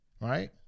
Right